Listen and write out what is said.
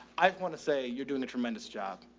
i've want to say you're doing a tremendous job.